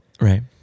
right